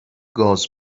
گاز